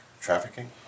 trafficking